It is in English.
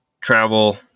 travel